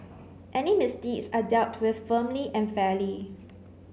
any misdeeds are dealt with firmly and fairly